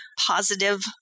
positive